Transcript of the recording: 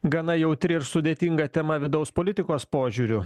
gana jautri ir sudėtinga tema vidaus politikos požiūriu